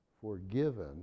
forgiven